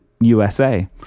USA